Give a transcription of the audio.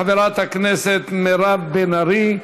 חברת הכנסת מירב בן ארי.